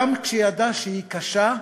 גם כשידע שהיא קשה,